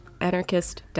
anarchist